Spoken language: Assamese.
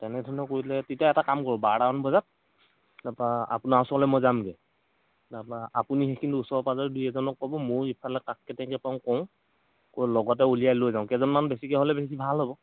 তেনেধৰণৰ কৰিলে তেতিয়া এটা কাম কৰোঁ বাৰটামান বজাত তাপা আপোনাৰ ওচৰলৈ মই যামগৈ তাপা আপুনি সেইখিনি ওচৰে পাঁজৰে দুই এজনক ক'ব ময়ো এইফালে কাক কেনেকৈ কওঁ কওঁ কৈ লগতে উলিয়াই লৈ যাওঁ কেজনমান বেছিকৈ হ'লে বেছি ভাল হ'ব